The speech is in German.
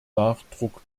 nachdruck